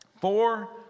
Four